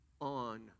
on